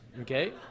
Okay